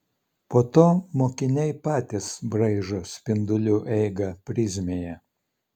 po to mokiniai patys braižo spindulių eigą prizmėje